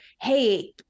hey